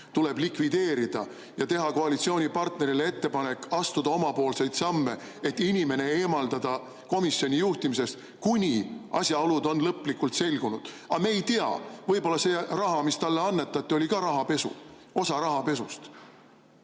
tuleb likvideerida ja teha koalitsioonipartnerile ettepanek astuda omapoolseid samme, et inimene eemaldada komisjoni juhtimisest, kuni asjaolud on lõplikult selgunud. Aga me ei tea, võib-olla see raha, mis talle annetati, oli ka rahapesu, osa rahapesust.